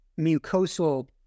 mucosal